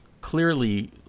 clearly